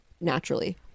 naturally